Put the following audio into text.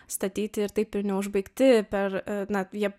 statyti ir taip ir neužbaigti per na